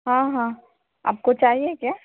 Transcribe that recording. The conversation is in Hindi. हाँ हाँ आप को चाहिए क्या